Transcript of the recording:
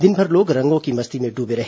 दिनभर लोग रंगों की मस्ती में डूबे रहे